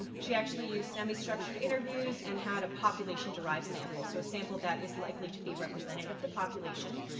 um she actually used semi structured interviews and had a population derived sample so a sample that is likely to be represented at the population,